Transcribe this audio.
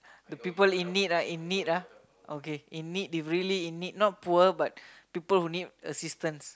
the people in need ah in need ah okay in need if really in need not poor but people who need assistance